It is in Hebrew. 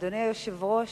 אדוני היושב-ראש,